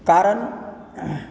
कारण